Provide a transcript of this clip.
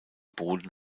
boden